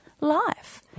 life